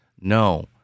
No